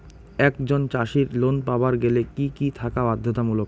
একজন চাষীর লোন পাবার গেলে কি কি থাকা বাধ্যতামূলক?